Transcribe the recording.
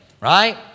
right